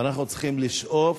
ואנחנו צריכים לשאוף